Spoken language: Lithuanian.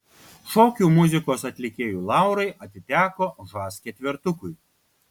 šokių muzikos atlikėjų laurai atiteko žas ketvertukui